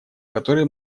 которые